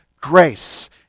grace